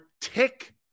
tick